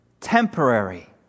temporary